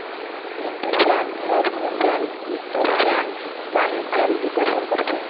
Pintu Sen Rajmani Sen Rudra Sen Bani Sen Durgashankar Sen